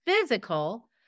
physical